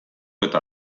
eta